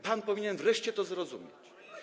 Pan powinien wreszcie to zrozumieć.